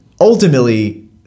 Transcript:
ultimately